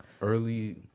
early